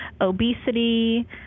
obesity